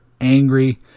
angry